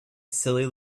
silly